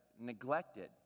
neglected